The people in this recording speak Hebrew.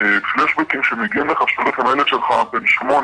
זה פלשבקים שמגיעים לך שהילד שלך שעכשיו הוא בן שמונה,